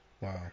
Wow